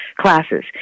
classes